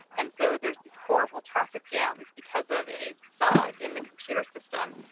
and so there's horrible traffic jams because of a bug in the computer system,